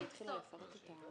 מכסות.